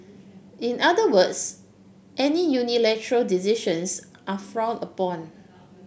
in other words any unilateral decisions are frowned upon